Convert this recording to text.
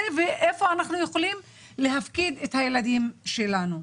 ואיפה אנחנו יכולים להפקיד את הילדים שלנו.